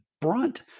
brunt